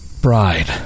bride